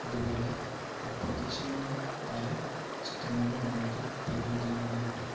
അതുപോലെ അപ്രതീക്ഷിതമായ പല ചിത്രങ്ങളും നമ്മൾക്ക് പ്രകൃതിയിൽ നിന്ന് കിട്ടും